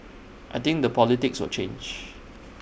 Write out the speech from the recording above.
I think the politics will change